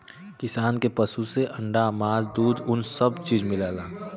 किसान के पसु से अंडा मास दूध उन सब चीज मिलला